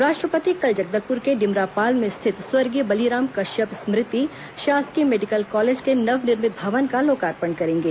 राष्ट्रपति कल जगदलपुर के डिमरापाल में स्थित स्वर्गीय बलीराम कश्यप स्मृति शासकीय मेडिकल कॉलेज के नवनिर्मित भवन का लोकार्पण करेंगे